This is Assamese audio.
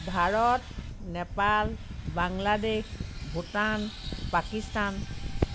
ভাৰত নেপাল বাংলাদেশ ভূটান পাকিস্তান